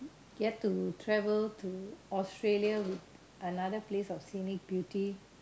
get to travel to Australia with another place of scenic beauty